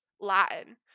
Latin